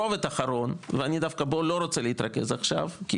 רובד אחרון, ואני לא רוצה להתרכז בו עכשיו כי